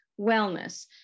wellness